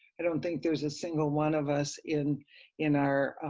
i don't think there's a single one of us in in our